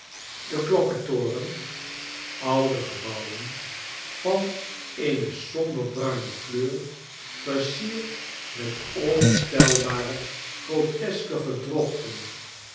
de klokketoren oude gebouwen van eene somber bruine kleur versierd met ontelbare groteske gedrochten